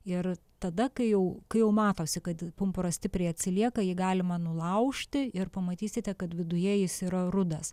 ir tada kai jau kai jau matosi kad pumpuras stipriai atsilieka jį galima nulaužti ir pamatysite kad viduje jis yra rudas